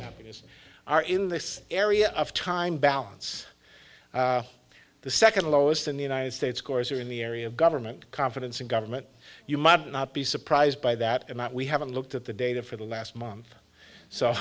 happiness are in this area of time balance the second lowest in the united states corps are in the area of government confidence in government you might not be surprised by that amount we haven't looked at the data for the last month